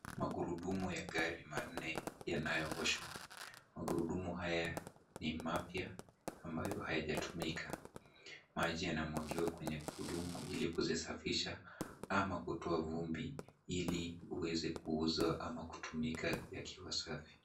Magurudumu ya gari manne yanayooshwa. Magurudumu haya ni mapya ambayo hayajatumika. Maji yanamwagiwa kwenye gurudumu ili kuzisafisha ama kutoa vumbi, ili uweze kuuzwa ama kutumika yakiwa safi.